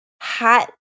hot